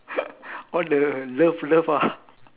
all the love love ah